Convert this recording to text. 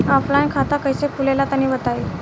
Offline खाता कइसे खुले ला तनि बताई?